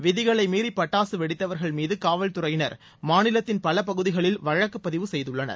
விதிகளை மீறி பட்டாசு வெடித்தவர்கள் மீது காவல்துறையினர் மாநிலத்தின் பல பகுதிகளில் வழக்கு பதிவு செய்துள்ளனர்